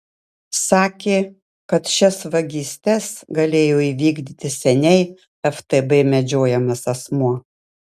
sakė kad šias vagystes galėjo įvykdyti seniai ftb medžiojamas asmuo